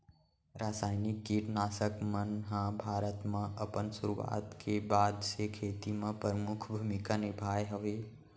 रासायनिक किट नाशक मन हा भारत मा अपन सुरुवात के बाद से खेती मा परमुख भूमिका निभाए हवे